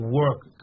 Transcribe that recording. work